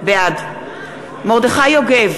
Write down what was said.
בעד מרדכי יוגב,